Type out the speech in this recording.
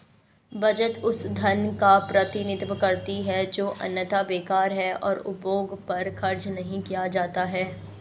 बचत उस धन का प्रतिनिधित्व करती है जो अन्यथा बेकार है और उपभोग पर खर्च नहीं किया जाता है